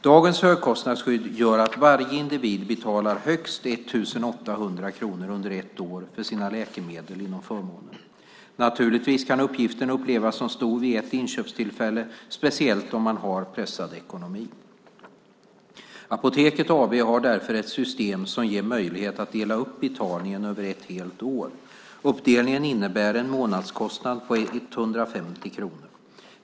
Dagens högkostnadsskydd gör att varje individ betalar högst 1 800 kronor under ett år för sina läkemedel inom förmånen. Naturligtvis kan utgiften upplevas som stor vid ett inköpstillfälle, speciellt om man har pressad ekonomi. Apoteket AB har därför ett system som ger möjlighet att dela upp betalningen över ett helt år. Uppdelningen innebär en månadskostnad på 150 kronor.